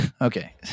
Okay